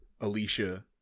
alicia